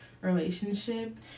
relationship